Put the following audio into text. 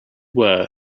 were